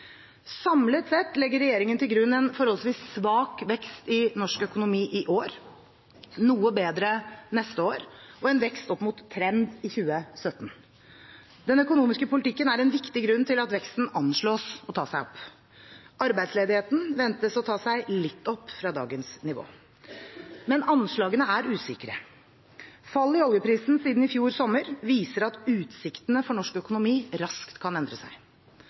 Samlet sett legger regjeringen til grunn en forholdsvis svak vekst i norsk økonomi i år, noe bedre neste år og en vekst opp mot trend i 2017. Den økonomiske politikken er en viktig grunn til at veksten anslås å ta seg opp. Arbeidsledigheten ventes å ta seg litt opp fra dagens nivå. Anslagene er usikre. Fallet i oljeprisen siden i fjor sommer viser at utsiktene for norsk økonomi raskt kan endre seg.